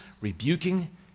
rebuking